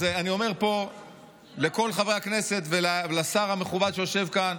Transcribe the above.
אז אני אומר פה לכל חברי הכנסת ולשר המכובד שיושב כאן: